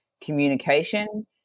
communication